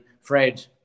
Fred